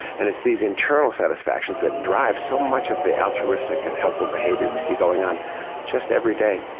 and it's these internal satisfactions that drives so much of the altruistic and helpful behaviour we see going on just every day. you